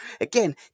again